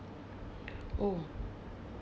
oh